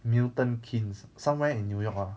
milton keynes somewhere in new york ah